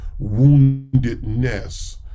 woundedness